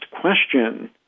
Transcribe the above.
question